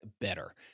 better